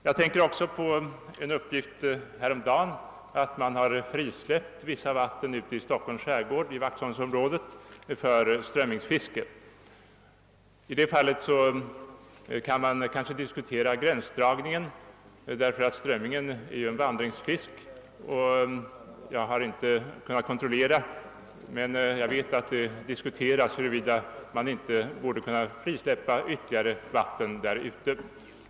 Jag tänker också på en uppgift häromdagen om att man skulle frisläppa vissa vatten i Stockholms skärgård i vaxholmsområdet för strömmingsfisket. I det fallet kan man kanske diskutera gränsdragningen, därför att strömmingen ju är en vandringsfisk. Jag har inte kunnat kontrollera saken, men jag vet att det diskuteras, huruvida man inte skulle kunna frisläppa ytterligare vatten därute.